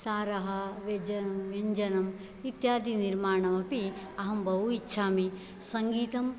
सारः व्यज व्यञ्जनं इत्यादिनिर्माणमपि अहं बहु इच्छामि सङ्गीतं